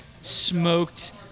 smoked